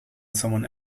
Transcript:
someone